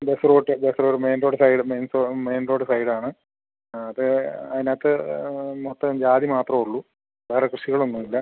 bus route bus route main road side main main road side ആണ് അത് അതിനകത്ത് മൊത്തം ജാതി മാത്രമേ ഉള്ളൂ വേറെ കൃഷികളൊന്നും ഇല്ല